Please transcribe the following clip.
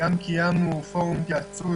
אנחנו גם קיימנו פורום התייעצות,